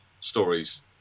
stories